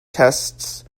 tests